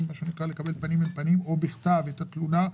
לקבל פנים אל פנים או בכתב את התלונה,